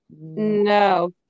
No